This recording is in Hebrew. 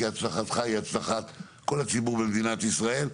כי הצלחתך היא הצלחת כל הציבור במדינת ישראל.